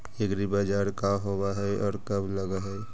एग्रीबाजार का होब हइ और कब लग है?